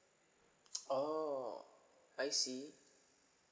oh I see